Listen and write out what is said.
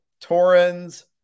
Torrens